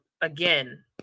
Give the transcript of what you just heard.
Again